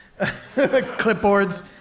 clipboards